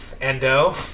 Endo